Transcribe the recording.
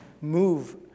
move